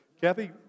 Kathy